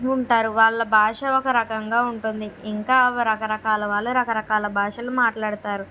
ఉంటారు వాళ్ళ భాష ఒక రకంగా ఉంటుంది ఇంకా రకరకాల వాళ్ళు రకరకాల భాషలు మాట్లాడతారు